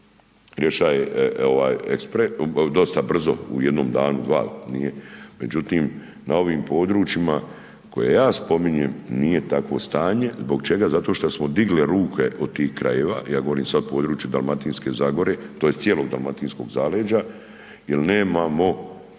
rješaje dosta brzo u jednom danu, dva, međutim na ovim područjima koje ja spominjem nije takvo stanje. Zbog čega, zato što smo digli ruke od tih krajeva, ja govorim sad o području Dalmatinske zagore tj. cijelog dalmatinskog zaleđa jer nemamo,